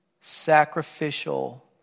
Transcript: sacrificial